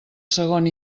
segon